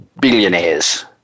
billionaires